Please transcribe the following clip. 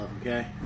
okay